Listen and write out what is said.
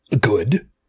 Good